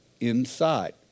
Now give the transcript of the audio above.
inside